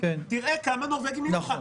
תראה כמה "נורבגים" יהיו שם.